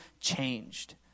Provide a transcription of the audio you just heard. changed